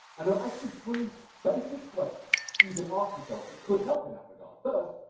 and there are actually three basic questions that you can ask yourself that could help in that regard. first.